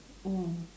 mm